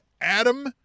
Adam